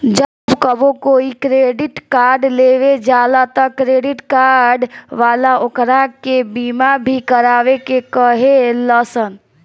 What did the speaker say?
जब कबो कोई क्रेडिट कार्ड लेवे जाला त क्रेडिट कार्ड वाला ओकरा के बीमा भी करावे के कहे लसन